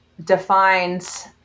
defines